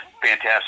fantastic